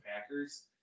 Packers